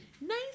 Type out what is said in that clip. nice